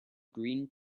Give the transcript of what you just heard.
green